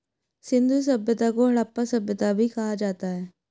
सिंधु सभ्यता को हड़प्पा सभ्यता भी कहा जाता है